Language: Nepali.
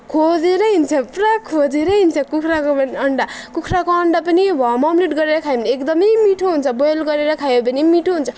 खोजेरै हिँड्छ पुरा खोजेरै हिँड्छ कुखुराको अन्डा कुखुराको अन्डा पनि अमलेट गरेर खाए पनि भने एकदमै मिठो हुन्छ बोयल गरेर खायो भने पनि मिठो हुन्छ